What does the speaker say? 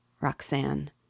Roxanne